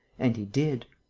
and he did.